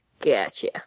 Gotcha